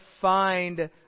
find